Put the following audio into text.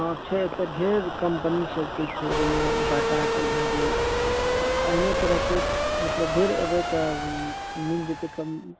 हँ छै एतऽ ढेर कम्पनी सबके छै जेना बाटाके भए गेल अहिने तरहके मतलब ढेर एबय तऽ मिल जेतय कम